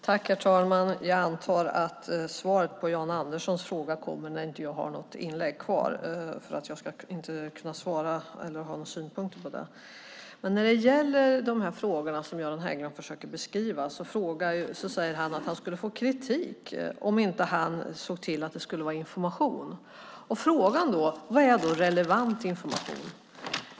Herr talman! Jag antar att svaret på Jan R Anderssons fråga kommer när jag inte har något inlägg kvar för att jag inte ska kunna ha några synpunkter på det. När det gäller de frågor som Göran Hägglund försöker beskriva säger han att han skulle få kritik om han inte såg till att det var information. Frågan är: Vad är relevant information?